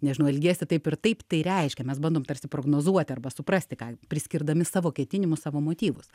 nežinau elgiesi taip ir taip tai reiškia mes bandom tarsi prognozuoti arba suprasti ką priskirdami savo ketinimus savo motyvus